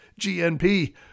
GNP